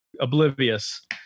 oblivious